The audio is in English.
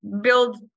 build